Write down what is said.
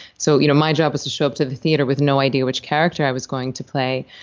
so you know my job was to show up to the theater with no idea which character i was going to play.